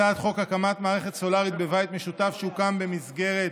1. הצעת חוק הקמת מערכת סולרית בבית משותף שהוקם במסגרת